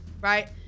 right